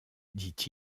dit